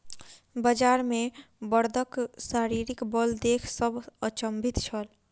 बजार मे बड़दक शारीरिक बल देख सभ अचंभित छल